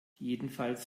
jedenfalls